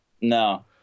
No